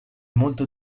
molto